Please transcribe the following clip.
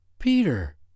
Peter